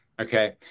Okay